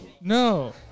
No